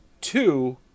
two